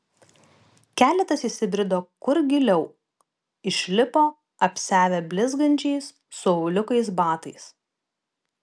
keletas įsibrido kur giliau išlipo apsiavę blizgančiais su auliukais batais